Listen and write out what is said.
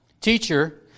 Teacher